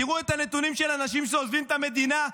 תראו את הנתונים של אנשים שעוזבים את המדינה.